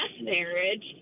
marriage